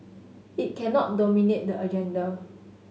it cannot dominate the agenda